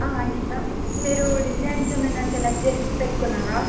ఇస్తాం మీరు డిజైన్స్ ఏమైనా సెలెక్ట్ చేసి పెట్టుకున్నారా